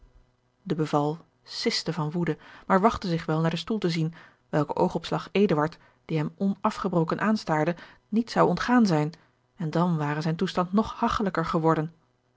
siste van woede maar wachtte zich wel naar den stoel te zien welke oogopslag eduard die hem onafgebroken aanstaarde niet zou ontgaan zijn en dan ware zijn toestand nog hagchelijker geworden